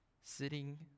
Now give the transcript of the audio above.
sitting